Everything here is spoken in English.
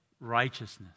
righteousness